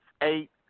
eight